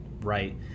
right